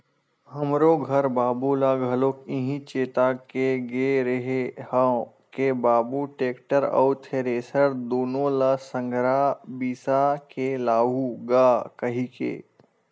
हमरो घर बाबू ल घलोक इहीं चेता के गे रेहे हंव के बाबू टेक्टर अउ थेरेसर दुनो ल संघरा बिसा के लाहूँ गा कहिके